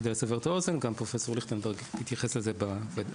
כדי לסבר את האוזן - גם פרופסור ליכטנברג התייחס לזה בוועדה